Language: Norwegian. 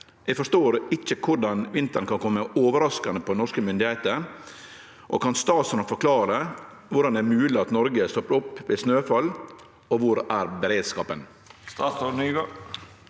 Jeg forstår ikke hvordan vinteren kan komme overraskende på norske myndigheter. Kan statsråden forklare hvordan det er mulig at Norge stopper opp ved snøfall, og hvor er beredskapen?»